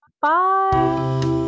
bye